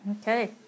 Okay